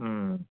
ꯎꯝ